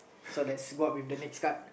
so that's go up with the next card